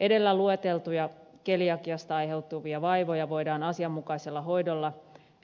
edellä lueteltuja keliakiasta aiheutuvia vaivoja voidaan asianmukaisella hoidolla